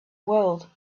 world